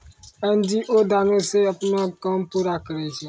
NGO दानो से अपनो काम पूरा करै छै